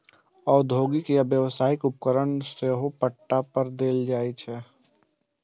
औद्योगिक या व्यावसायिक उपकरण सेहो पट्टा पर देल जाइ छै